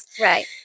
Right